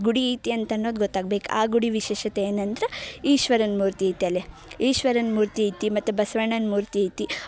ಗುಡಿ ಐತಿ ಅಂತನ್ನೋದು ಗೊತ್ತಾಗ್ಬೇಕು ಆ ಗುಡಿ ವಿಶೇಷತೆ ಏನಂದ್ರೆ ಈಶ್ವರನ ಮೂರ್ತಿ ಐತೆ ಅಲ್ಲಿ ಈಶ್ವರನ ಮೂರ್ತಿ ಐತಿ ಮತ್ತು ಬಸವಣ್ಣನ ಮೂರ್ತಿ ಐತಿ